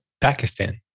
Pakistan